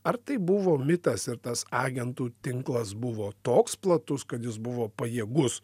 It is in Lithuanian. ar tai buvo mitas ir tas agentų tinklas buvo toks platus kad jis buvo pajėgus